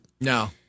No